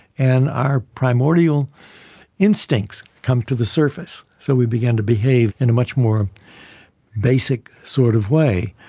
and our primordial instincts come to the surface, so we begin to behave in much more basic sort of way.